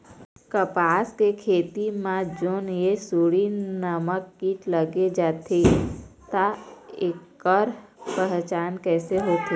कपास के खेती मा जोन ये सुंडी नामक कीट लग जाथे ता ऐकर पहचान कैसे होथे?